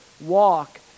Walk